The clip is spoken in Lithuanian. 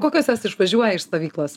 kokios jos išvažiuoja iš stovyklos